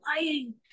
lying